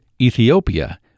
Ethiopia